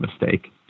mistake